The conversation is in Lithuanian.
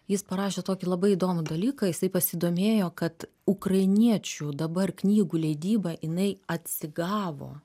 jis parašė tokį labai įdomų dalyką jisai pasidomėjo kad ukrainiečių dabar knygų leidyba jinai atsigavo